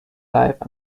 life